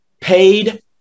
paid